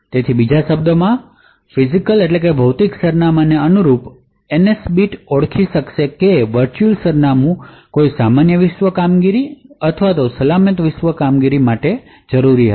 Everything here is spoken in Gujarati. તેથી બીજા શબ્દોમાં ફિજિકલસરનામાંને અનુરૂપ એનએસ બીટ ઓળખી શકશે કે વર્ચુઅલ સરનામું કોઈ સામાન્ય વિશ્વ કામગીરી અથવા સલામત વિશ્વ કામગીરી માટે જરૂરી હતું